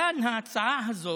כאן ההצעה הזאת,